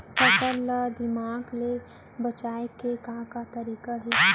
फसल ला दीमक ले बचाये के का का तरीका हे?